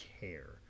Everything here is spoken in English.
care